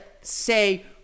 say